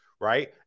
right